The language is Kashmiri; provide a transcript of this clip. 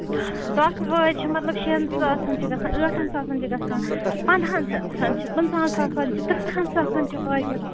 ٹۄکہٕ وٲج چھِ مطلب شٮ۪ن ساسَن چھِ گژھان ٲٹھَن ساسَن چھِ گژھان پَنٛدٕہن چھِ پٕنٛژٕہن ساسَن چھِ تٕرٛہن ساسَن چھِ واجہِ